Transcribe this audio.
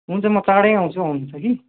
हुन्छ म चाँडै आउँछु आउनु त कि